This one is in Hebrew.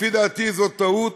לפי דעתי זאת טעות,